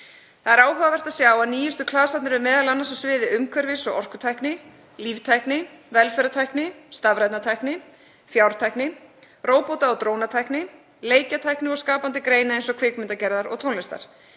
Það er áhugavert að sjá að nýjustu klasarnir eru m.a. á sviði umhverfis- og orkutækni, líftækni, velferðartækni, stafrænnar tækni, fjártækni, róbóta- og drónatækni, leikjatækni og skapandi greina eins og kvikmyndagerðar og tónlistar.